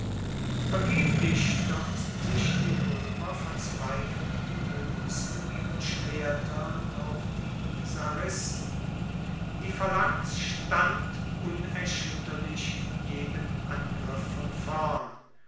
vergeblich stuerzten sich die roemer verzweifelten muts mit ihren schwertern auf die sarissen die phalanx stand unerschuetterlich jedem angriff von vorn